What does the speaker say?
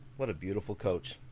what a beautiful coach.